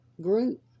group